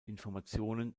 informationen